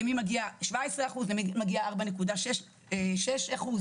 קבעת למי מגיעים 17%, למי מגיעים 4.6% עלייה.